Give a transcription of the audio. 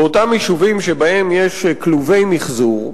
באותם יישובים שבהם יש כלובי מיחזור,